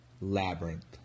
Labyrinth